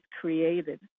created